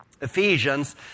Ephesians